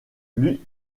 lui